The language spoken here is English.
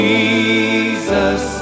Jesus